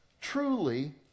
truly